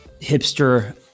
hipster